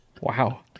Wow